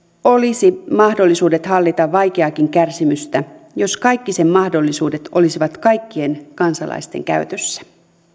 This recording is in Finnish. olisi mahdollisuudet hallita vaikeaakin kärsimystä jos kaikki sen mahdollisuudet olisivat kaikkien kansalaisten käytössä